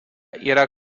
yra